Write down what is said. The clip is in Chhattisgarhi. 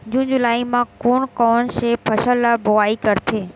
जून जुलाई म कोन कौन से फसल ल बोआई करथे?